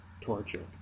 torture